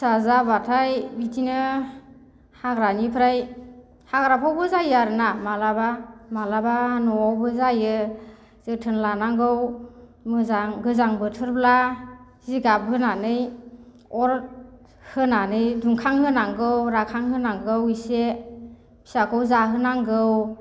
फिसा जाबाथाय बिदिनो हाग्रानिफ्राय हाग्राफ्रावबो जायो आरोना माब्लाबा माब्लाबा न'आवबो जायो जोथोन लानांगौ मोजां गोजां बोथोरब्ला जिगाब होनानै अर होनानै दुंखां होनांगौ राखां होनांगौ इसे फिसाखौ जाहोनांगौ